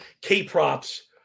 K-props